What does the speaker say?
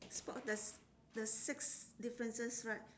spot there's there's six differences right